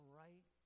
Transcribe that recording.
right